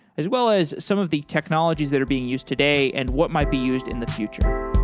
as well as some of the technologies that are being used today and what might be used in the future.